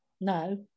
No